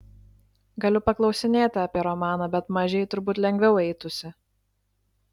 galiu paklausinėti apie romaną bet mažei turbūt lengviau eitųsi